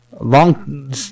Long